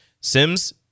Sims